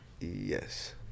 Yes